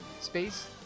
Space